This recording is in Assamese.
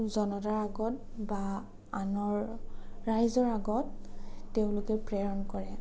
জনতাৰ আগত বা আনৰ ৰাইজৰ আগত তেওঁলোকে প্ৰেৰণ কৰে